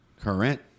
current